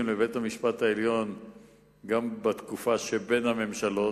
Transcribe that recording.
לבית-המשפט העליון גם בתקופה שבין הממשלות,